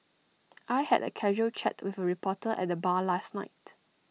I had A casual chat with A reporter at the bar last night